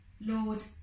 Lord